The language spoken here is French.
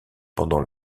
pendant